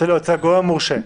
הגורם המורשה.